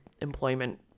employment